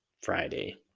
Friday